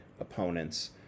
opponents